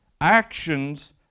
actions